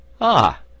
Ah